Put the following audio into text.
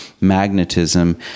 magnetism